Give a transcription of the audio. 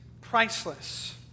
priceless